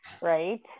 right